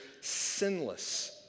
sinless